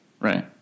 right